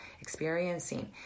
experiencing